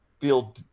feel